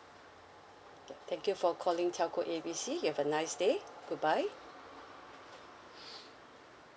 ya thank you for calling telco A B C you have a nice day goodbye